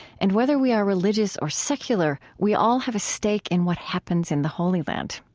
and whether we are religious or secular, we all have a stake in what happens in the holy land.